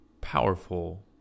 powerful